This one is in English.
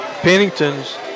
Pennington's